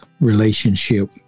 relationship